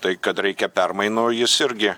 tai kad reikia permainų jis irgi